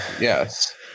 Yes